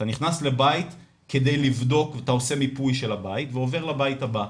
"אתה נכנס לבית כדי לבדוק ואתה עושה מיפוי של הבית ועובר לבית הבא".